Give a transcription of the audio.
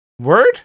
Word